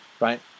right